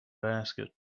basket